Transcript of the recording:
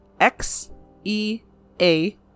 XEA